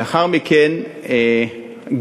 לאחר מכן גיל: